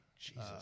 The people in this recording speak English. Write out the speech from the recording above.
jesus